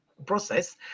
Process